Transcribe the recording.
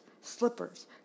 Slippers